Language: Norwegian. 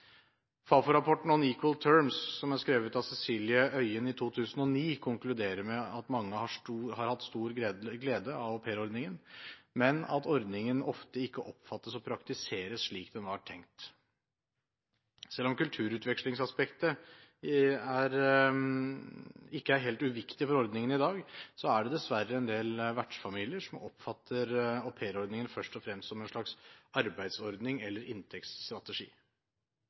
equal terms?» som er skrevet av Cecilie Øien i 2009, konkluderer med at mange har hatt stor glede av aupairordningen, men at ordningen ofte ikke oppfattes og praktiseres slik den var tenkt. Selv om kulturutvekslingsaspektet ikke er helt uviktig for ordningen i dag, er det dessverre en del vertsfamilier som oppfatter aupairordningen først og fremst som en slags arbeidsordning eller inntektsstrategi.